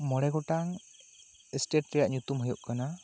ᱢᱚᱬᱮ ᱜᱚᱴᱟᱝ ᱥᱴᱮᱴ ᱨᱮᱭᱟᱜ ᱧᱩᱛᱩᱢ ᱦᱩᱭᱩᱜ ᱠᱟᱱᱟ